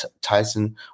Tyson